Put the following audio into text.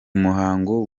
muhango